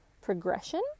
progression